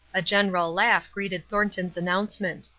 a general laugh greeted thornton's announcement.